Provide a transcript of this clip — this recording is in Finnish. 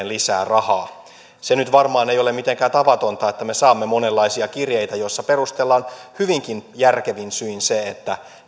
lisää rahaa se nyt varmaan ei ole mitenkään tavatonta että me saamme monenlaisia kirjeitä joissa perustellaan hyvinkin järkevin syin se